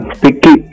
picky